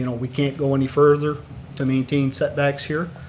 you know we can't go any further to maintain setbacks here.